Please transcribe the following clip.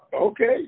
Okay